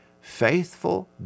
faithful